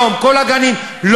שוכנענו, שוכנענו.